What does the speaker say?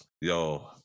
yo